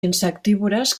insectívores